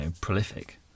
prolific